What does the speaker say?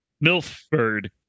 Milford